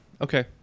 Okay